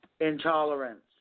Intolerance